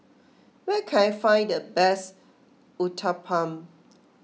where can I find the best Uthapam